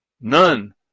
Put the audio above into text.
None